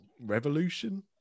revolution